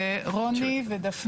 תודה רבה.